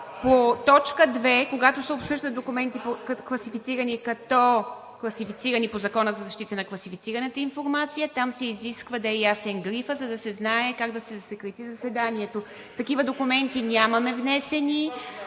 по т. 2, когато се обсъждат документи, класифицирани по Закона за защита на класифицираната информация, там се изисква да е ясен грифът, за да се знае как да се засекрети заседанието. Такива документи нямаме внесени